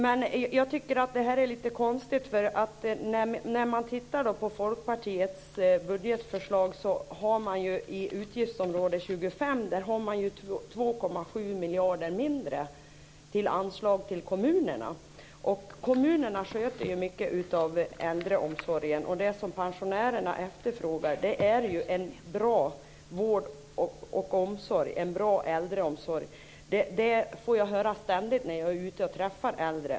Men jag tycker att det är lite konstigt, därför att i Folkpartiets budgetförslag har man inom utgiftsområde 25 2,7 miljarder mindre i anslag till kommunerna. Kommunerna sköter ju mycket av äldreomsorgen, och det som pensionärerna efterfrågar är ju en bra vård och omsorg, en bra äldreomsorg. Det får jag höra ständigt när jag är ute och träffar äldre.